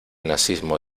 nazismo